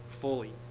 fully